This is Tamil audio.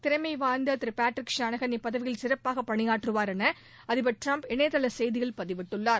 திறமை வாய்ந்த திரு பேட்ரிக் ஷானஹன் இப்பதவியில் சிறப்பாக பணியாற்றுவார் என அதிபர் டிரம்ப் இணையதள செய்தியில் பதிவிட்டுள்ளார்